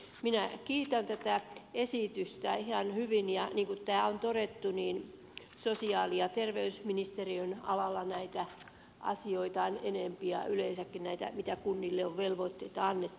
minä kiitän tätä esitystä ihan hyvin ja niin kuin täällä on todettu sosiaali ja terveysministeriön alalla näitä asioita on enempi ja yleensäkin näitä mitä kunnille on velvoitteita annettu